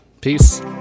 Peace